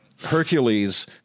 Hercules